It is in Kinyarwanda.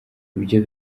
ibyo